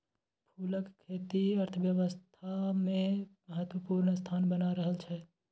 फूलक खेती अर्थव्यवस्थामे महत्वपूर्ण स्थान बना रहल छै